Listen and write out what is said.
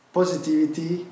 positivity